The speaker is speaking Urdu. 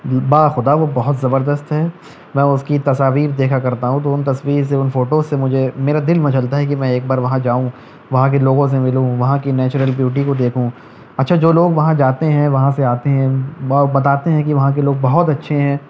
با خدا وہ بہت زبردست ہے میں اس کی تصاویر دیکھا کرتا ہوں تو ان تصویر سے ان فوٹوز سے مجھے میرا دل مچلتا ہے کہ میں ایک بار وہاں جاؤں وہاں کے لوگوں سے ملوں وہاں کی نیچرل بیوٹی کو دیکھوں اچھا جو لوگ وہاں جاتے ہیں وہاں سے آتے ہیں وہ بتاتے ہیں کہ وہاں کے لوگ بہت اچھے ہیں